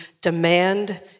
demand